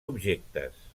objectes